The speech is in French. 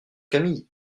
camille